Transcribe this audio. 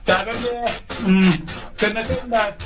जागोन दे उम दोननोसै होमब्ला